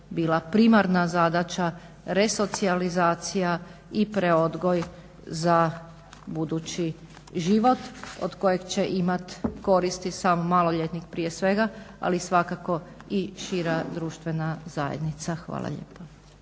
bila primarna zadaća, resocijalizacija i preodgoj za budući život od kojeg će imati koristi sam maloljetnik prije svega ali svakako i šira društvena zajednica. Hvala lijepo.